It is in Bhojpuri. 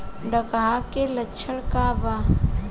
डकहा के लक्षण का वा?